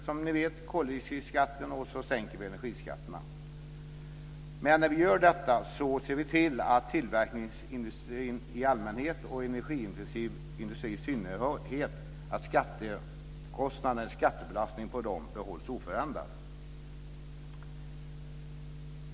Som ni vet höjs koldioxidskatten samtidigt som energiskatterna sänks. Men vi ser också till att skattebelastningen på tillverkningsindustrin i allmänhet och energiindustrin i synnerhet behålls oförändrad.